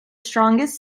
strongest